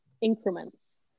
increments